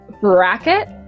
bracket